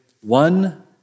one